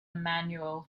manual